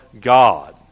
God